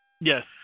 Yes